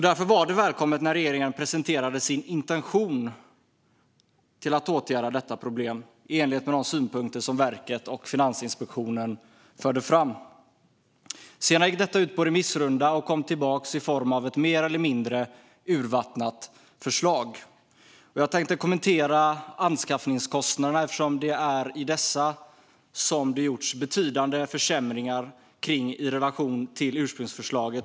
Därför var det välkommet när regeringen presenterade sin intention att åtgärda detta problem, i enlighet med de synpunkter som verket och Finansinspektionen fört fram. Sedan gick detta ut på remissrunda och kom tillbaka i form av ett mer eller mindre urvattnat förslag. Jag tänkte kommentera anskaffningskostnaderna, eftersom det är i dessa som det gjorts betydande försämringar i relation till ursprungsförslaget.